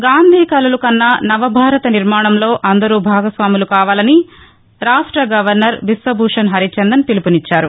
గాంధీ కలలుగన్న నవ భారత నిర్మాణంలో అందరూ భాగస్వాములు కావాలని రాష్ట గవర్నర్ బిశ్వభూషణ్ హరిచందన్ పిలుపునిచ్చారు